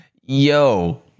Yo